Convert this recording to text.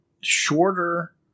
shorter